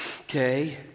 okay